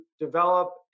develop